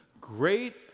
great